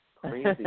Crazy